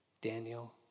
Daniel